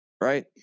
right